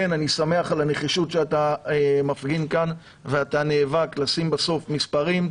אני שמח על הנחישות שאתה מפגין כאן ואתה נאבק לשים בסוף מספרים,